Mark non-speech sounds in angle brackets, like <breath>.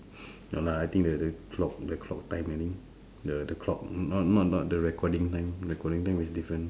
<breath> no lah I think the the clock the clock time I think the clock not not not the recording time recording time is different